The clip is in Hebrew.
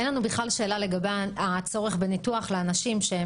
אין לנו בכלל שאלה לגבי הצורך בניתוח לאנשים.